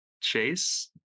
Chase